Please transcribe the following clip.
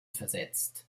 versetzt